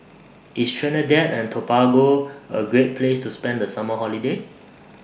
IS Trinidad and Tobago A Great Place to spend The Summer Holiday